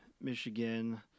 Michigan